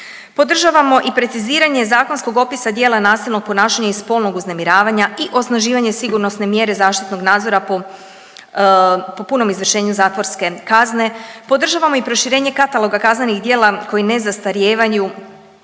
Podržavamo i preciziranje zakonskog opisa djela nasilnog ponašanja i spolnog uznemiravanja i osnaživanje sigurnosne mjere zaštitnog nadzora po, po punom izvršenju zatvorske kazne. Podržavamo i proširenje kataloga kaznenih djela koji ne zastarijevaju